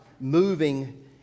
moving